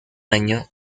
año